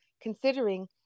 considering